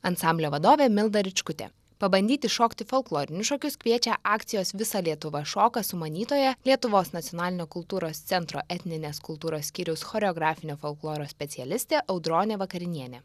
ansamblio vadovė milda ričkutė pabandyti šokti folklorinius šokius kviečia akcijos visa lietuva šoka sumanytoja lietuvos nacionalinio kultūros centro etninės kultūros skyriaus choreografinio folkloro specialistė audronė vakarinienė